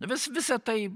vis visa tai